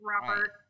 Robert